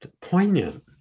poignant